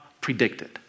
predicted